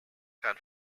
can